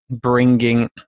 bringing